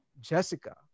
Jessica